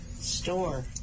Store